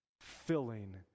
filling